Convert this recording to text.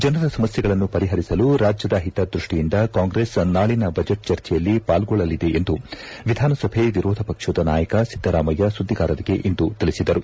ಜನರ ಸಮಸ್ಕೆಗಳನ್ನು ಪರಿಹರಿಸಲು ರಾಜ್ಯದ ಹಿತದ್ಯಷ್ಟಿಯಿಂದ ಕಾಂಗ್ರೆಸ್ ನಾಳಿನ ಬಜೆಟ್ ಚರ್ಚೆಯಲ್ಲಿ ಪಾಲ್ಗೊಳ್ಳಲಿದೆ ಎಂದು ವಿಧಾನಸಭೆ ವಿರೋಧ ಪಕ್ಷದ ನಾಯಕ ಸಿದ್ದರಾಮಯ್ಯ ಸುದ್ದಿಗಾರರಿಗೆ ಇಂದು ತಿಳಿಸಿದರು